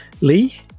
Lee